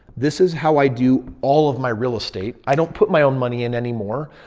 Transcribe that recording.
this is how i do all of my real estate. i don't put my own money in anymore.